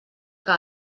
que